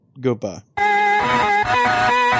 Goodbye